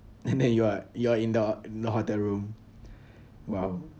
and then you are you are in the in the hotel room !wow!